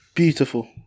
Beautiful